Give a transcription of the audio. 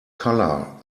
color